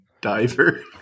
diver